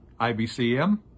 IBCM